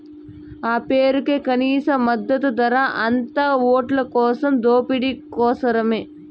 ఆ పేరుకే కనీస మద్దతు ధర, అంతా ఓట్లకోసం దోపిడీ కోసరమే